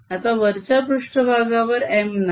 आता वरच्या पृष्ट्भागावर M नाही